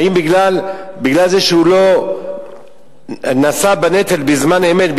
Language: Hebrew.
האם בגלל זה שהוא לא נשא בנטל בזמן אמת,